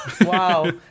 Wow